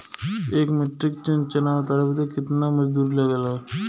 एक metric tonne चना उतारे बदे कितना मजदूरी लगे ला?